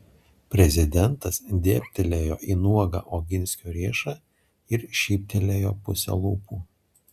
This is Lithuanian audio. prezidentas dėbtelėjo į nuogą oginskio riešą ir šyptelėjo puse lūpų